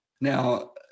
Now